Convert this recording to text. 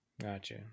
Gotcha